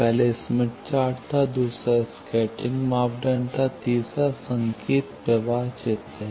पहले Smith chart था दूसरा स्कैटरिंग मापदंड था तीसरा संकेत प्रवाह चित्र है